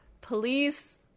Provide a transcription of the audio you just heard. Police